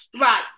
right